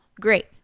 great